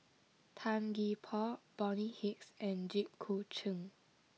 Tan Gee Paw Bonny Hicks and Jit Koon Ch'ng